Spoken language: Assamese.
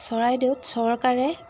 চৰাইদেউত চৰকাৰে